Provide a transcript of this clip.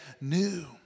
new